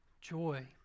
joy